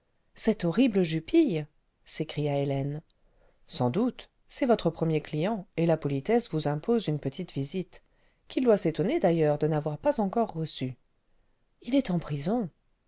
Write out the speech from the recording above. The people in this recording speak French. cet horrible jupille s'écria hélène sans doute c'est votre premier client et la politesse vous impose une petite visite qu'il doit s'étonner d'ailleurs de n'avoir pas encore reçue il est en prison